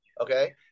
Okay